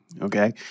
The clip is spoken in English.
okay